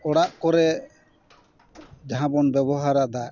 ᱚᱲᱟᱜ ᱠᱚᱨᱮ ᱡᱟᱦᱟᱸ ᱵᱚᱱ ᱵᱮᱵᱚᱦᱟᱨ ᱫᱟᱜ